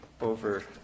over